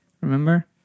Remember